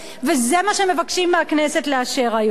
וזה מה שמבקשים מהכנסת לאשר היום.